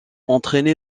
entraîné